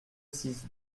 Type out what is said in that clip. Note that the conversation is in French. six